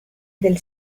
del